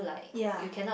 ya